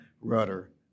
rudder